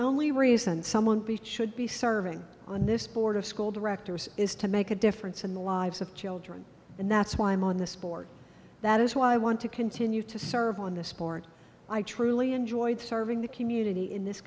only reason someone beats should be serving on this board of school directors is to make a difference in the lives of children and that's why i'm on this that is why i want to continue to serve on this board i truly enjoyed serving the community in this